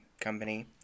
company